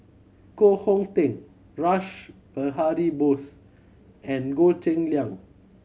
Koh Hong Teng Rash Behari Bose and Goh Cheng Liang